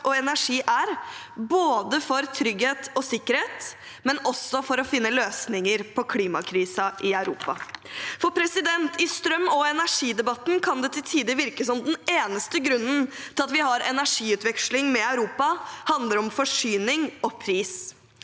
og energi er, ikke bare for trygghet og sikkerhet, men også for å finne løsninger på klimakrisen i Europa. I strøm- og energidebatten kan det til tider virke som om den eneste grunnen til at vi har energiutveksling med Europa, er forsyning og pris,